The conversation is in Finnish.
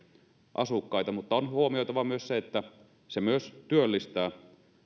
asukkaita mutta on huomioitava myös se että se myös työllistää